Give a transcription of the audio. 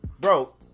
Bro